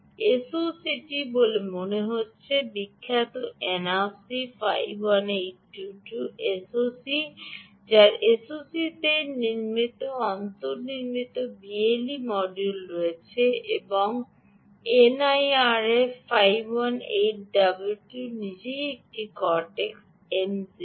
এসওসিটি নর্ডিকের বলে মনে হচ্ছে বিখ্যাত এনআরসি 51822 এসওসি যার এসইওসি তে অন্তর্নির্মিত বিএলই মডিউল রয়েছে এবং এনআরএফ 51822 নিজেই একটি কর্টেক্স এম0 ডানদিকে